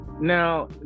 Now